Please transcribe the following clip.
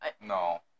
No